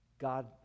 God